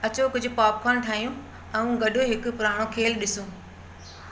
अचो कुझु पोपकॉर्न ठाहियूं ऐं गॾु हिकु पुराणो खेल ॾिसूं